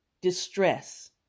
distress